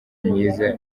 myiza